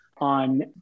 on